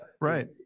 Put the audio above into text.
right